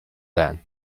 then